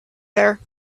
there